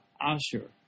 asher